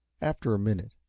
after a minute,